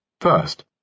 First